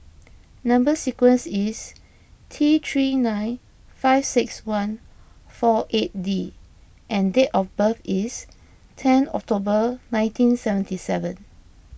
Number Sequence is T three nine five six one four eight D and date of birth is ten October nineteen seventy seven